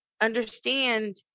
understand